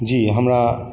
जी हमरा